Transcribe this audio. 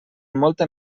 molta